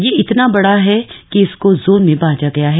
यह इतना बड़ा हाकि इसको जोन में बांटा गया है